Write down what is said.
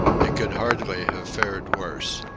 they could hardly have fared worse.